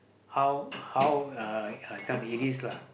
how how uh uh this one it is lah